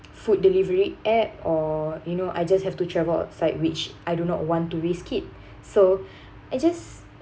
food delivery app or you know I just have to travel outside which I do not want to risk it so I just